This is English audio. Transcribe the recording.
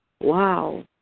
wow